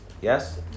Yes